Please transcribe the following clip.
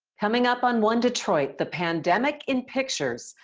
coming up on one detroit, the pandemic in pictures.